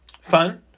fun